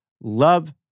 love